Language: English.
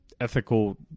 Ethical